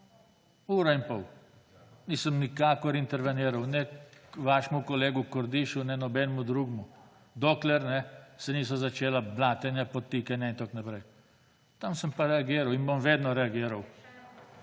uro in pol, nisem nikakor interveniral ne vašemu kolegu Kordišu ne nobenemu drugemu, dokler se niso začela blatenja, podtikanja in tako naprej. Tam sem pa reagiral in bom vedno reagiral.